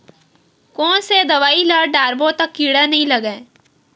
कोन से दवाई ल डारबो त कीड़ा नहीं लगय?